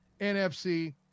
NFC